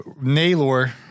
Naylor